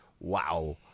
wow